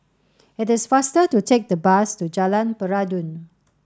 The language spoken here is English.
it is faster to take the bus to Jalan Peradun